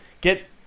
get